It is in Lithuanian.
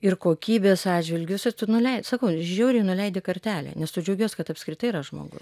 ir kokybės atžvilgiu visur tu nuleis sakau žiauriai nuleidi kartelę nes tu džiaugies kad apskritai yra žmogus